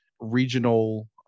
regional